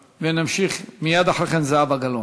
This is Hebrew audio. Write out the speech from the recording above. ונמשיך, מייד אחרי כן זהבה גלאון.